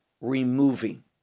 removing